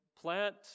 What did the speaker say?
plant